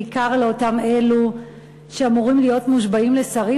בעיקר לאותם אלו שאמורים להיות מושבעים לשרים.